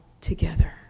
together